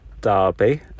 Derby